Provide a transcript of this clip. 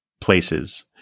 places